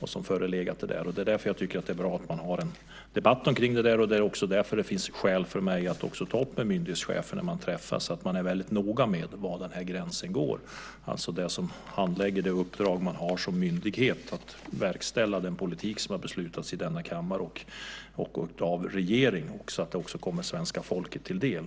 Det är därför jag tycker att det är bra att man har en debatt om det, och det är också därför det finns skäl för mig att ta upp med myndighetscheferna när jag träffar dem att man måste vara väldigt noga med var gränsen går för den som handlägger det uppdrag man har som myndighet att verkställa den politik som har beslutats i denna kammare och av regeringen så att det också kommer svenska folket till del.